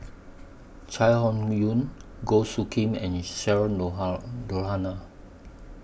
Chai Hon Yoong Goh Soo Khim and Cheryl Noronha